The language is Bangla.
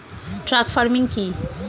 ট্রাক ফার্মিং কি?